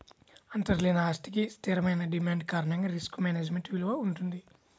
అంతర్లీన ఆస్తికి స్థిరమైన డిమాండ్ కారణంగా రిస్క్ మేనేజ్మెంట్ విలువ వుంటది